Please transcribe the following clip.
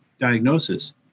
diagnosis